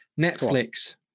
Netflix